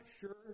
sure